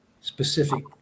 specific